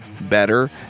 better